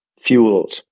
fueled